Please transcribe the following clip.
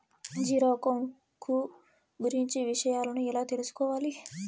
Zero account కు గురించి విషయాలను ఎలా తెలుసుకోవాలి?